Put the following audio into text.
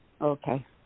Okay